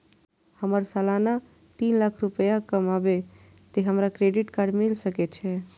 हमर सालाना तीन लाख रुपए कमाबे ते हमरा क्रेडिट कार्ड मिल सके छे?